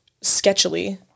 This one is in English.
sketchily